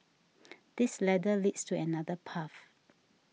this ladder leads to another path